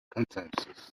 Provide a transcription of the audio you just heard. consensus